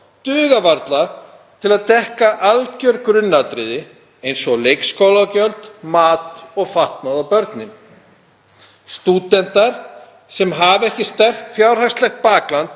duga varla til að dekka alger grunnatriði eins og leikskólagjöld, mat og fatnað á börnin. Stúdentar sem hafa ekki sterkt fjárhagslegt bakland